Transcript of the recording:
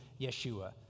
Yeshua